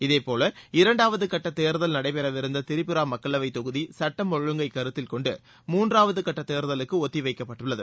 இதேபோல இரண்டாவது கட்ட தேர்தல் நடைபெறவிருந்த திரிபுரா மக்களவைத்தொகுதி சுட்டம் ஒழுங்கை கருத்தில்கொண்டு மூன்றாவது கட்டத்தேர்தலுக்கு ஒத்திவைக்கப்பட்டுள்ளது